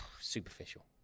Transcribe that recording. superficial